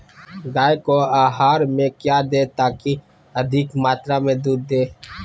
गाय को आहार में क्या दे ताकि अधिक मात्रा मे दूध दे?